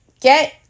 get